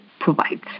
provides